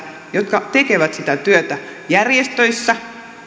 jotka tekevät sitä työtä järjestöissä